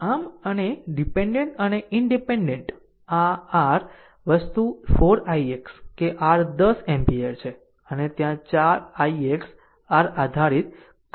આમ અને ડીપેન્ડેન્ટ અને ઈનડીપેન્ડેન્ટ r આ વસ્તુ 4 ix કે r 10 એમ્પીયર છે અને ત્યાં 4 ix r આધારિત કરંટ સ્રોત છે